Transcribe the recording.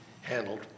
handled